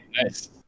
nice